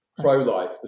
pro-life